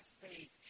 faith